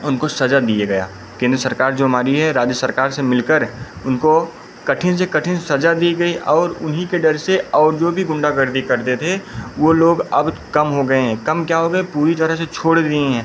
उनको सज़ा दिया गया केन्द्र सरकार जो हमारी है राज्य सरकार से मिलकर उनको कठिन से कठिन सज़ा दी गई और उन्हीं के डर से और जो भी गुंडागर्दी करते थे वे लोग अब तो कम हो गए हैं कम क्या हो गए पूरी तरह से छोड़ दिए हैं